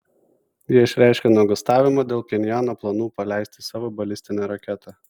jie išreiškė nuogąstavimą dėl pchenjano planų paleisti savo balistinę raketą